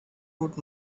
out